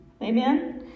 Amen